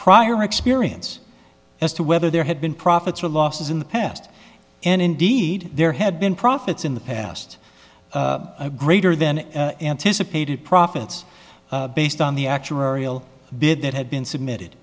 prior experience as to whether there had been profits or losses in the past and indeed there had been profits in the past greater than anticipated profits based on the actuarial bid that had been submitted